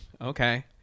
Okay